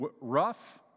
rough